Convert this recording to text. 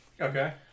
Okay